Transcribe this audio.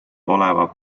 oleva